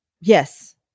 Yes